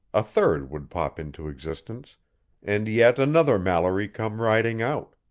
a third would pop into existence and yet another mallory come riding out.